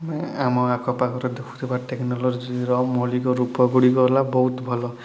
ଆମେ ଆମ ଆଖ ପାଖରେ ଦେଖୁଥିବା ଟେକ୍ନୋଲୋଜିର ମୌଳିକ ରୂପ ଗୁଡ଼ିକ ହେଲା ବହୁତ ଭଲ